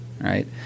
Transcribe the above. right